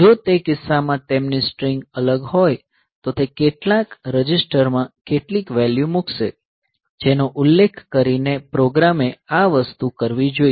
જો તે કિસ્સામાં તેમની સ્ટ્રીંગ અલગ હોય તો તે કેટલાક રજિસ્ટર માં કેટલીક વેલ્યુ મૂકશે જેનો ઉલ્લેખ કરીને પ્રોગ્રામે આ વસ્તુ કરવી જોઈએ